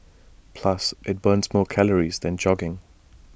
plus IT burns more calories than jogging